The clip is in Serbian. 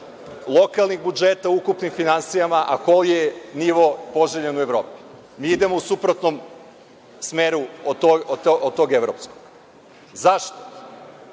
lokalnih budžeta u ukupnim finansijama, a koji je nivo poželjan u Evropi. Mi idemo u suprotnom smeru od tog evropskog. Šta